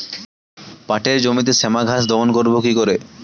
পাটের জমিতে শ্যামা ঘাস দমন করবো কি করে?